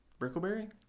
Brickleberry